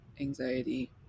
anxiety